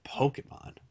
Pokemon